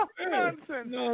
Nonsense